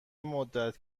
مدت